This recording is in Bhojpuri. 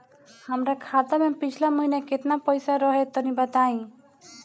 हमरा खाता मे पिछला महीना केतना पईसा रहे तनि बताई?